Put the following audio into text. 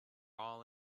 all